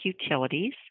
Utilities